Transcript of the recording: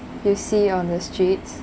you see on the streets